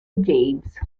james